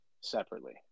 separately